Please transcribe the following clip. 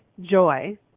joy